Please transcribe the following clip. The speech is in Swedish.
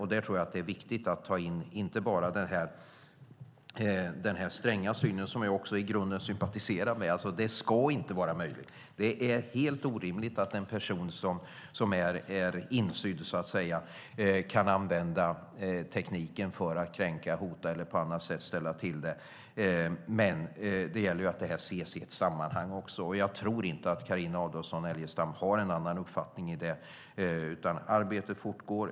I grunden sympatiserar jag med den stränga synen, alltså att det är helt orimligt och inte ska vara möjligt att en person som är insydd, så att säga, ska kunna använda tekniken för att kränka, hota eller på annat sätt ställa till det. Men det gäller också att detta ses i ett sammanhang, och jag tror inte att Carina Adolfsson Elgestam har någon annan uppfattning om detta. Arbetet fortgår.